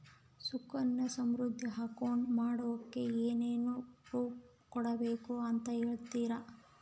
Sukanya Samriddhi account ಮಾಡಿಸೋಕೆ ಏನೇನು proof ಕೊಡಬೇಕು ಅಂತ ಹೇಳ್ತೇರಾ?